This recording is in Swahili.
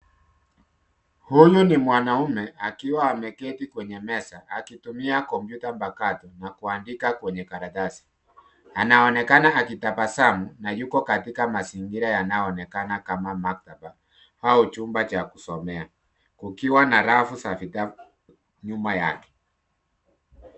Huyu ni mwanaume akiwa ameketi kwenye meza akitumia kompyuta mpakato na kuandika kwenye karatasi, anaonekana akitabasamu na yuko katika mazingira yanayoonekana kama maktaba au chumba cha kusomea kukiwa na rafu za vitabu nyuma yake.